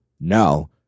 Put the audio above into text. No